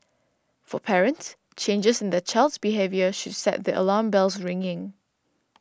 for parents changes in their child's behaviour should set the alarm bells ringing